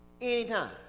anytime